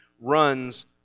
runs